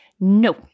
No